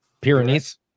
Pyrenees